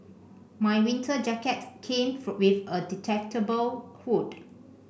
my winter jacket came for with a detachable hood